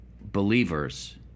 believers